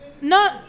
No